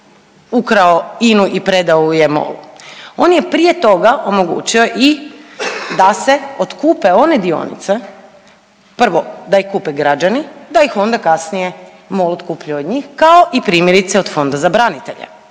ukrao INU i predaju ju je MOL-u, on je prije toga omogućio i da se otkupe one dionice, prvo da ih kupe građani da ih onda kasnije MOL otkupljuje od njih kao i primjerice od Fonda za branitelje